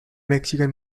mexican